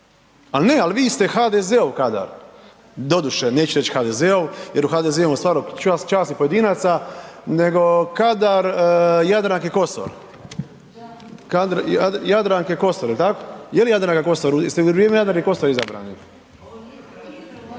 al ne, al vi ste HDZ-ov kadar, doduše, neću reć HDZ-ov jer u HDZ-u imamo stvarno časnih pojedinaca, nego kadar Jadranke Kosor, kadar Jadranke Kosor, jel tako? Jel Jadranka Kosor, jeste u vrijeme Jadranke Kosor izabrani?